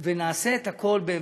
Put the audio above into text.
ונעשה את הכול,